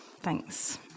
Thanks